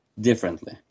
differently